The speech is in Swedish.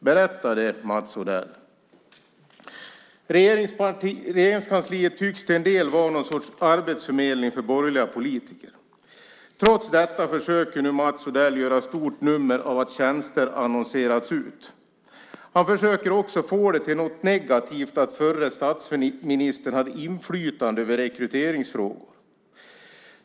Berätta det, Mats Odell! Regeringskansliet tycks till en del vara någon sorts arbetsförmedling för borgerliga politiker. Trots detta försöker nu Mats Odell göra stort nummer av att tjänster annonserats ut. Han försöker också få det till något negativt att förre statsministern hade inflytande över rekryteringsfrågor.